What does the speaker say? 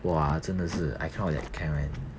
!wah! 真的是 I cannot that kind man